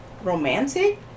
romantic